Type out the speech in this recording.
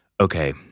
okay